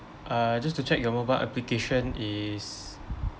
uh just to check your mobile application is